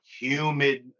humid